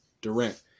Durant